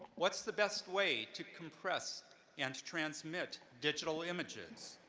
what's the best way to compress and transmit digital images?